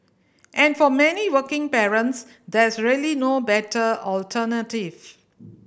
and for many working parents there's really no better alternative